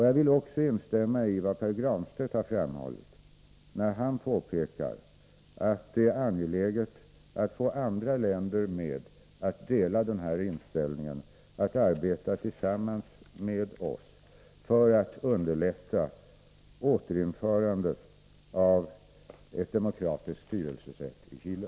Jag vill också instämma i vad Pär Granstedt har framhållit när han påpekar att det är angeläget att få andra länder att dela denna inställning, att arbeta tillsammans med oss för att underlätta återinförandet av ett demokratiskt styrelsesätt i Chile.